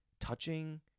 touching